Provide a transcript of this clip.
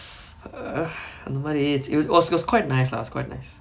err nobody eats it was was quite nice lah it's quite nice